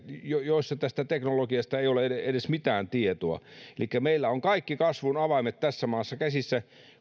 joissa tästä teknologiasta ei ole mitään tietoa elikkä meillä on kaikki kasvun avaimet tässä maassa käsissämme